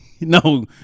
No